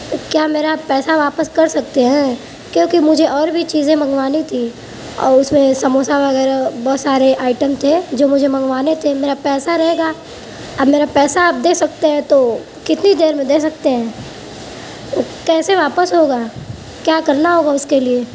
کیا میرا پیسا واپس کر سکتے ہیں کیونکہ مجھے اور بھی چیزیں منگوانی تھی اور اس میں سموسہ وغیرہ بہت سارے آئیٹم تھے جو مجھے منگوانے تھے میرا پیسا رہے گا اب میرا پیسا آپ دے سکتے ہیں تو کتنی دیر میں دے سکتے ہیں کیسے واپس ہوگا کیا کرنا ہوگا اس کے لیے